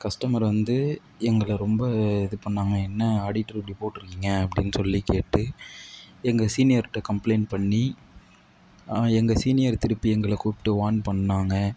customer வந்து எங்களை ரொம்ப இது பண்ணாங்க என்ன ஆடிட்ரு இப்படி போட்டிருக்கிங்க அப்படின் சொல்லி கேட்டு எங்கள் சீனியர்கிட்ட கம்ப்ளெயிண்ட் பண்ணி எங்கள் சீனியர் திருப்பி எங்களை கூப்பிட்டு வார்ன் பண்ணாங்க